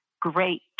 great